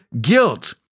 guilt